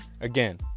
Again